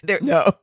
No